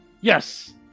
Yes